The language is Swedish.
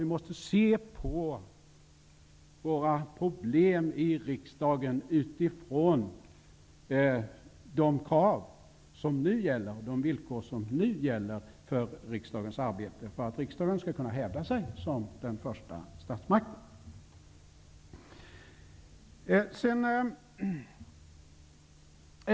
Vi måste se på våra problem i riksdagen utifrån de krav och villkor som nu gäller för riksdagens arbete, för att riksdagen skall kunna hävda sig som den första statsmakten.